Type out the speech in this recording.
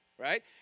right